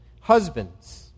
Husbands